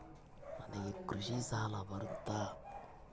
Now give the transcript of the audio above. ನನಗೆ ಕೃಷಿ ಸಾಲ ಬರುತ್ತಾ?